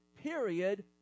period